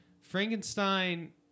Frankenstein